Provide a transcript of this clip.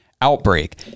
outbreak